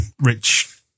rich